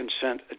consent